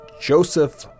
Joseph